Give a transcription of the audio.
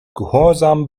gehorsam